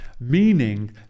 Meaning